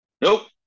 nope